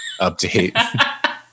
update